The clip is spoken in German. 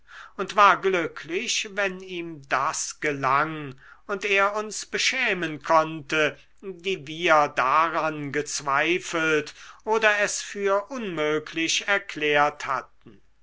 und war glücklich wenn ihm das gelang und er uns beschämen konnte die wir daran gezweifelt oder es für unmöglich erklärt hatten